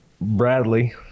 bradley